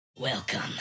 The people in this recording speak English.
Welcome